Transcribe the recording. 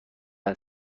بود